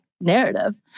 narrative